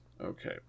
Okay